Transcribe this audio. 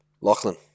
Lachlan